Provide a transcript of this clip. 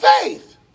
faith